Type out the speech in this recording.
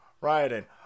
rioting